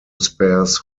spares